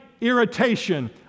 irritation